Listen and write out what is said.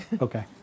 Okay